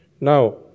Now